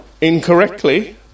incorrectly